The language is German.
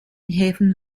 häfen